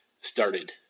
started